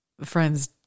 friends